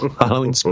Halloween